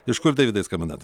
iš kur deividai skambinat